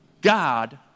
God